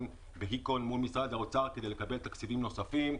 בהיכון מול משרד האוצר כדי לקבל תקציבים נוספים.